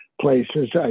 places